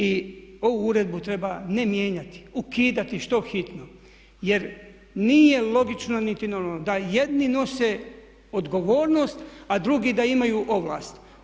I ovu uredbu treba ne mijenjati, ukidati što hitno jer nije logično niti normalno da jedni nose odgovornost a drugi da imaju ovlast.